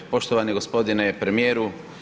Poštovani g. premijeru.